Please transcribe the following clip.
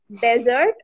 Desert